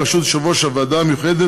בראשות יושב-ראש הוועדה המיוחדת